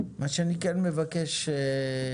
מה שאני כן מבקש נועה,